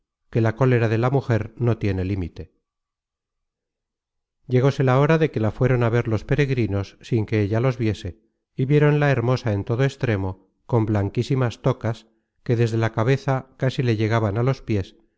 que la cólera de la mujer no tiene límite llegóse la hora de que la fueron á ver los peregrinos sin que ella los viese y viéronla hermosa en todo extremo con blanquísimas tocas que desde la cabeza casi le llegaban á los piés